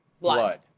blood